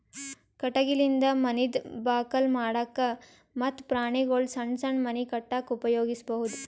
ಕಟಗಿಲಿಂದ ಮನಿದ್ ಬಾಕಲ್ ಮಾಡಕ್ಕ ಮತ್ತ್ ಪ್ರಾಣಿಗೊಳ್ದು ಸಣ್ಣ್ ಸಣ್ಣ್ ಮನಿ ಕಟ್ಟಕ್ಕ್ ಉಪಯೋಗಿಸಬಹುದು